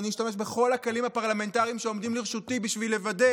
אני אשתמש בכל הכלים הפרלמנטריים שעומדים לרשותי בשביל לוודא